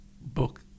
book